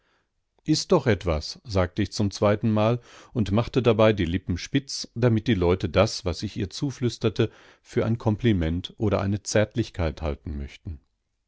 iß doch etwas sagte ich zum zweitenmal und machte dabei die lippen spitz damit die leute das was ich ihr zuflüsterte für ein kompliment oder eine zärtlichkeit halten möchten